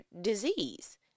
disease